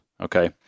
Okay